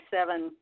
seven